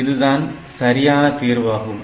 இதுதான் சரியான தீர்வாகும்